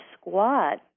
squat